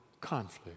conflict